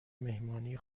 مهمانی